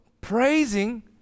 praising